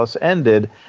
ended